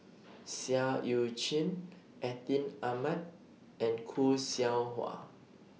Seah EU Chin Atin Amat and Khoo Seow Hwa